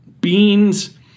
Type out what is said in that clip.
beans